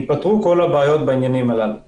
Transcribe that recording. כך שכל הבעיות בעניינים הללו ייפתרו.